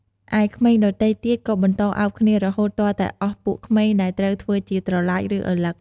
ឯក្មេងដទៃទៀតក៏បន្តអោបគ្នារហួត ទាល់តែអស់ពួកក្មេងដែលត្រូវធ្វើជាត្រឡាច ឬ ឪឡឹក ។